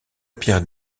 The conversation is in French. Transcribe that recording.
pierre